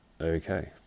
okay